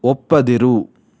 ಒಪ್ಪದಿರು